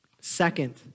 Second